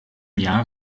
jahr